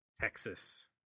Texas